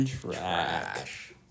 trash